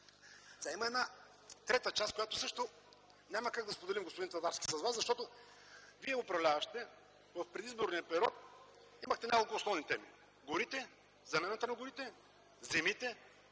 Има една трета част, която също няма как да споделим с Вас, господин Татарски, защото Вие, управляващите, в предизборния период имахте няколко основни теми – горите, замяната на горите, земите,